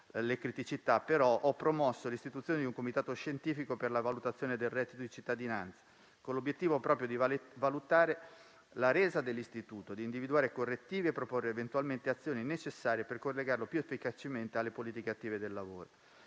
le criticità, però, ho promosso l'istituzione di un comitato scientifico per la valutazione del reddito di cittadinanza, con l'obiettivo proprio di valutare la resa dell'istituto, di individuare correttivi e proporre eventualmente azioni necessarie per collegarlo più efficacemente alle politiche attive del lavoro.